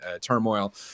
turmoil